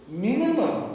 minimum